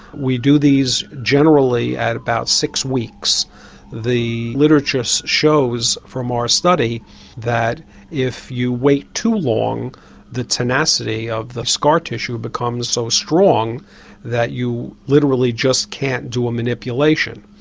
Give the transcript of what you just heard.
we do these generally at about six weeks the literature so shows from our study that if you wait too long the tenacity of the scar tissue becomes so strong that you literally just can't do a manipulation.